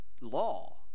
law